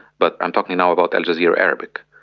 but i'm talking now about al jazeera arabic,